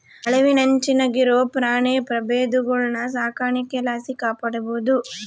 ಅಳಿವಿನಂಚಿನಾಗಿರೋ ಪ್ರಾಣಿ ಪ್ರಭೇದಗುಳ್ನ ಸಾಕಾಣಿಕೆ ಲಾಸಿ ಕಾಪಾಡ್ಬೋದು